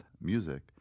music